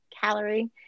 calorie